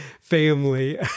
family